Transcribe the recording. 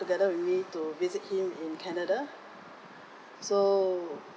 together with me to visit him in canada so